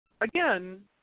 Again